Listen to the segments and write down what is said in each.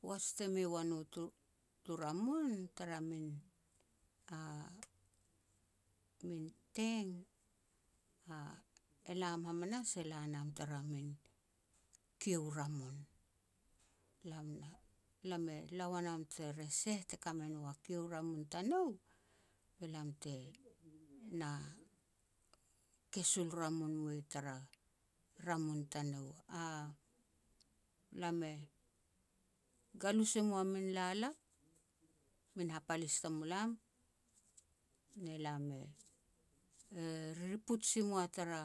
Poaj te mei ua nu tu-tu ramun tara min min teng, elam hamanas ela nam tara min kiu ramun. Lam na, lam e la ua nam tere seh te ka me no a kiu ramun tanou, be lam te na kesul ramun mui tara ramun tanou. Lam e galus e mua min lalap, min hapalis tamulam ne lam e-e ririput si mua tara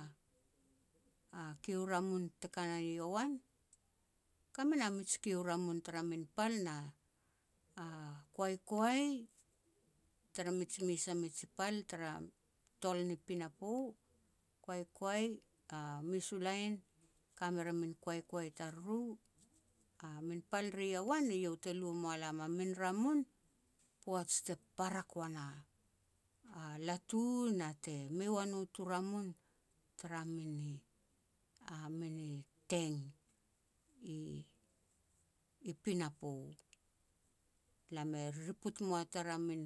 a-a kiu ramun te ka yowan. Ka me na mij kiu ramun tara min pal na a koaikoai tara mij mes a miji pal tara tol ni pinapo, koaikoai a mes u lain kamer a min koaikoai tariru. A min pal ri yowan iau te lu e mua lam a min ramun poaj te parak ua na a latu na te mei wa no tu ramun tara mini, a mini teng i-i pinapo. Lam e ririput mua tara min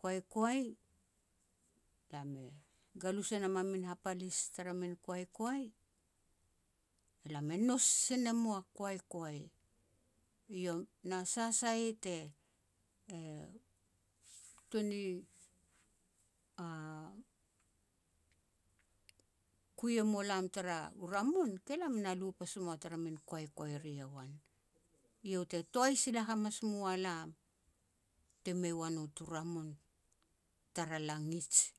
koaikoai, lam e galus e nam a min hapalis tara min koaikoai, lam e nous si ne mua koaikoai, e nou. Na sa sai te a tuan ni kui e mulam tara u ramun, ke lam na lu pasi mua tara min koaikoai ri yowan. Eiau te toai sila hamas mua lam, te mei ua nu tu ramun tara langij.